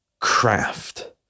craft